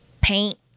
paint